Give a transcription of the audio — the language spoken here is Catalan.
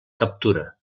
captura